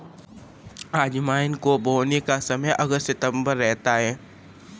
अजवाइन को बोने का समय अगस्त सितंबर रहता है